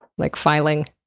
like filing?